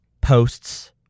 posts